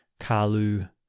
Kalu